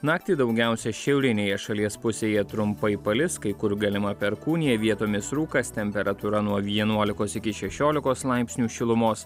naktį daugiausiai šiaurinėje šalies pusėje trumpai palis kai kur galima perkūnija vietomis rūkas temperatūra nuo vienuolikos iki šešiolikos laipsnių šilumos